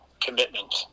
commitment